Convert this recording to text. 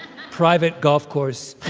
private golf course,